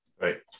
right